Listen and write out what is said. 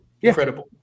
Incredible